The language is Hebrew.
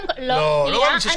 לא, לא מאמין שיש כאלה שופטים.